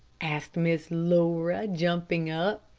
asked miss laura, jumping up.